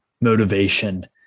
motivation